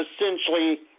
essentially